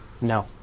No